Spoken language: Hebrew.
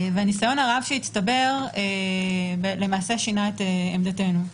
הניסיון הרב שהצטבר שינה את עמדתנו.